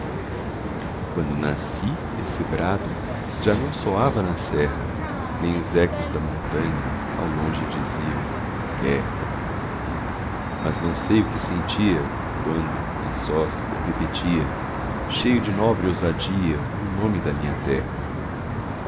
quando nasci esse brado já não soava na serra nem os ecos da montanha ao longe diziam guerra mas não sei o que sentia quando a sós eu repetia cheio de nobre ousadia o nome da minha terra